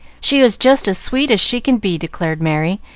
she is just as sweet as she can be! declared merry,